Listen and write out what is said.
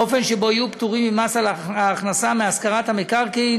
באופן שבו יהיו פטורים ממס על ההכנסה מהשכרת המקרקעין